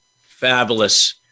Fabulous